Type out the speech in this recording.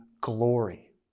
glory